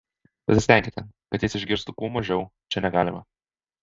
pasistenkite kad jis išgirstų kuo mažiau čia negalima